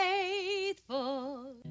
Faithful